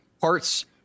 parts